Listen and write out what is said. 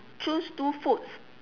choose two foods